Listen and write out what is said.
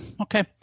okay